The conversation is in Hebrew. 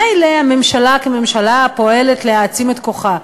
מילא הממשלה כממשלה פועלת להעצים את כוחה.